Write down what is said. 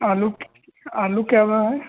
आलू आलू क्या भाव है